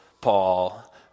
Paul